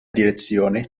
direzione